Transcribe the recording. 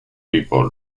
people